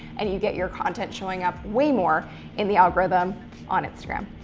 and you get your content showing up way more in the algorithm on instagram.